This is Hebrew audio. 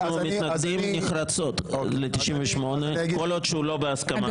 אנחנו מתנגדים נחרצות ל-98 כל עוד הוא לא בהסכמה.